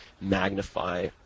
magnify